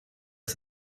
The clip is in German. das